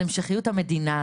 על המשכיות המדינה הזאת,